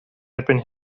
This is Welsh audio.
erbyn